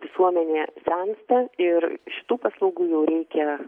visuomenė sensta ir šitų paslaugų jau reikia